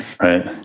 Right